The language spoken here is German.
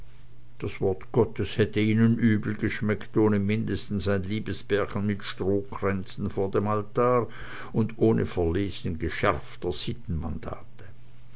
das wort gottes hätte ihnen übel geschmeckt ohne mindestens ein liebespärchen mit strohkränzen vor dem altar und ohne verlesen geschärfter